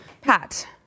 Pat